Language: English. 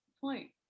point